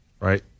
right